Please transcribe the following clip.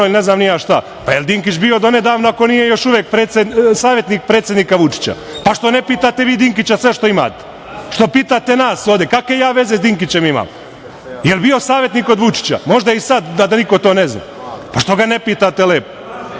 Da li je Dinkić bio donedavno, ako nije još uvek savetnik predsednika Vučića? Što ne pitate vi Dinkića sve što imate? Što pitate nas? Kakve ja veze sa Dinkićem imam? Jel bio savetnik kod Vučića? Možda je i sad, a da niko to ne zna. Što ga ne pitate lepo? Vi